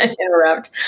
Interrupt